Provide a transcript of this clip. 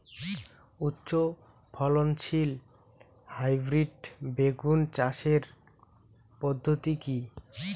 উচ্চ ফলনশীল হাইব্রিড বেগুন চাষের পদ্ধতি কী?